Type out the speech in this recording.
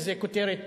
וזו כותרת,